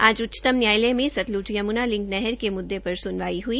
आज उच्चतम न्यायालय में सतलुज यमुना लिंक नहर के मुद्दे पर सुनवाई हुई